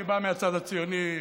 אני בא מהצד הציוני,